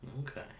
Okay